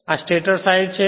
આ stator side છે